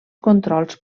controls